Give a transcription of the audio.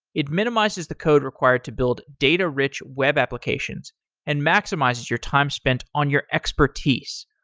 it minimizes the code required to build data-rich web applications and maximizes your time spent on your expertise.